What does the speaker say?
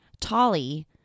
tolly